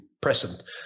present